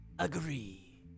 Agree